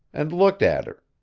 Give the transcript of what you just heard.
and looked at her,